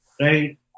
right